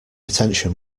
attention